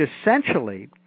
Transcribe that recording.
essentially